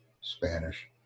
Spanish